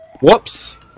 Whoops